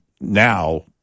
now